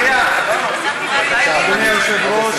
אני תוהה ושואל מתי יגיע השלב של המגורים המשותפים.